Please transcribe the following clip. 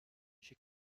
she